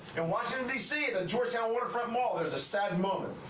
in washington, dc, at the georgetown waterfront mall, there's a sad moment.